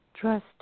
Trust